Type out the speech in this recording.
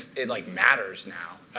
it like matters now,